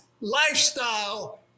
lifestyle